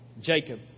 Jacob